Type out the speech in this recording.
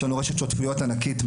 יש לנו רשת שותפויות ענקית,